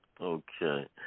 Okay